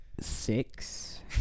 Six